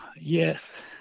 Yes